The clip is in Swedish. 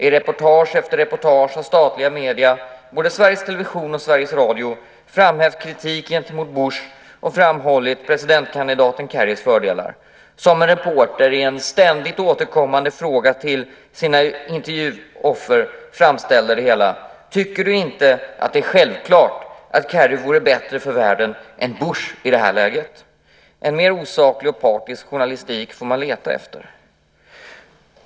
I reportage efter reportage i statliga medier, både Sveriges Television och Sveriges Radio, har man framhävt kritiken mot Bush och framhållit fördelarna med presidentkandidaten Kerry. Det är som en reporter i en ständigt återkommande fråga till sina intervjuoffer framställer det hela: Tycker du inte att det är självklart att Kerry vore bättre för världen än Bush i det här läget? En mer osaklig och partisk journalistik får man leta efter.